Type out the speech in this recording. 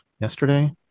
yesterday